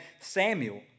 Samuel